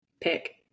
pick